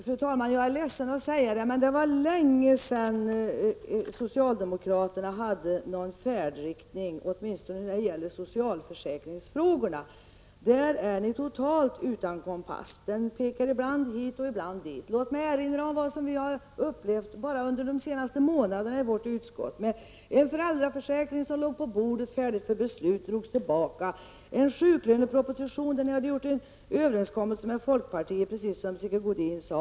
Fru talman! Vi har angett färdriktningen, säger socialministern. Men det är länge sedan, och jag är ledsen att behöva säga det, socialdemokraterna kunde visa på en färdriktning -- åtminstone i socialförsäkringsfrågor. Där är ni i total avsaknad av en kompass. Det går än hit, än dit. Låt mig erinra om vad vi i socialförsäkringsutskottet har upplevt bara under de senaste månaderna: Förslag om en föräldraförsäkring var färdigberett. Det var bara att fatta beslut. Men förslaget drogs tillbaka. Vidare gäller det en sjuklöneproposition. Ni har ju träffat en överenskommelse med folkpartiet, precis som Sigge Godin nyss sade.